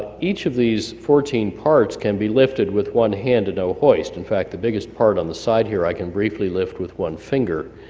each of these fourteen parts can be lifted with one hand and no hoist. in fact, the biggest part on the side here i can briefly lift with one finger.